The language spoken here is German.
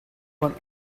von